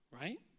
right